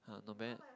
uh not bad